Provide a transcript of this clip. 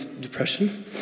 depression